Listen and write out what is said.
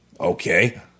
Okay